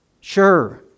Sure